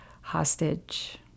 hostage